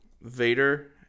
Vader